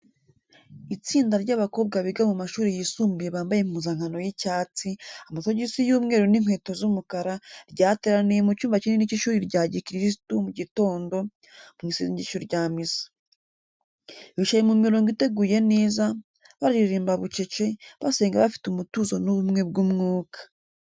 Itsinda ry’abakobwa biga mu mashuri yisumbuye bambaye impuzankano y’icyatsi, amasogisi y’umweru n’inkweto z’umukara, ryateraniye mu cyumba kinini cy’ishuri rya gikirisitu mu gitondo, mu isengesho rya misa. Bicaye mu mirongo iteguye neza, baririmba bucece, basenga bafite umutuzo n’ubumwe bw’umwuka.